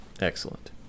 Excellent